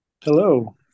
hello